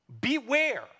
Beware